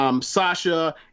Sasha